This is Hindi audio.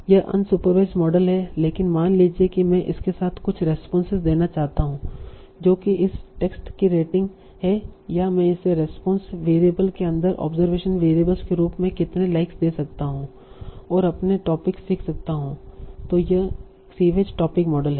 यह अनसुपरवाईड मॉडल है लेकिन मान लीजिए कि मैं इसके साथ कुछ रेस्पोंसेस देना चाहता हूं जो कि इस टेक्स्ट की रेटिंग है या मैं इसे रेस्पोंस वेरिएबल के अंदर ऑब्जरवेशन वेरिएबल के रूप में कितने लाइक्स दे सकता हूं और अपने टोपिक सीख सकता हूं तों यह सीवेज टोपिक मॉडल है